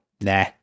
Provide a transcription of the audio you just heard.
nah